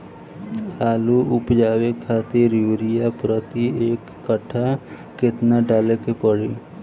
आलू उपजावे खातिर यूरिया प्रति एक कट्ठा केतना डाले के पड़ी?